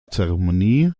zeremonie